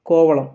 Kovalam